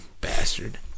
bastard